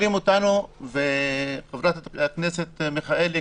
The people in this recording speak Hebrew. חברת הכנסת מיכאלי,